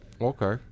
okay